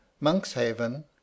Monkshaven